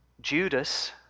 Judas